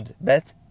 Bet